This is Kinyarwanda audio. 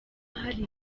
hari